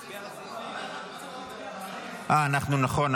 אה, נכון.